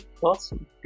Awesome